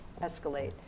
escalate